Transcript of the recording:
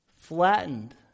flattened